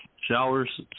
showers